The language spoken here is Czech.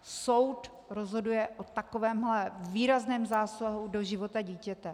Soud rozhoduje o takovémhle výrazném zásahu do života dítěte.